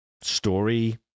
story